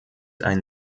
einen